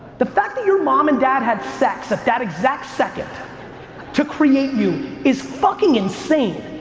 the fact that your mom and dad had sex at that exact second to create you is fuckin' insane